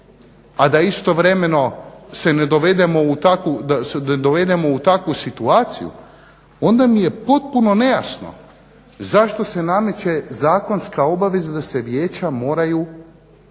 a da istovremeno se ne dovedemo u takvu situaciju onda mi je potpuno nejasno zašto se nameće zakonska obaveza da se vijeća moraju osnovati